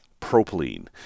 propylene